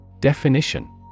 Definition